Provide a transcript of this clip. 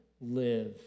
live